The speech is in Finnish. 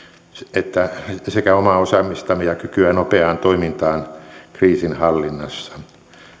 että omaa osaamistamme ja kykyä nopeaan toimintaan kriisinhallinnassa